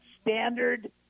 standard